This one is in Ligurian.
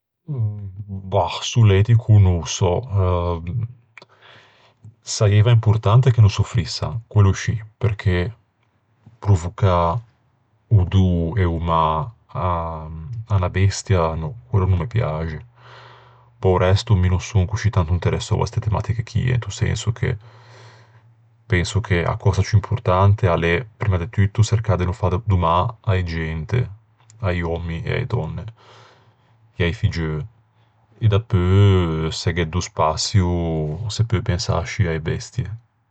Bah, s'o l'é etico no ô sò. Saieiva importante che no soffrissan, quello scì. Perché provocâ o dô e o mâ à unna bestia, quello no, o no me piaxe. Pe-o resto mi no son coscì tanto interessou à ste tematiche chie. Into senso che penso che a cösa ciù importante a l'é primma de tutto çercâ de no fâ do mâ a-e gente, a-i òmmi, a-e dònne e a-i figgeu. E dapeu se gh'é do spaçio se peu pensâ ascì a-e bestie.